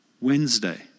Wednesday